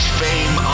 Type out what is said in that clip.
fame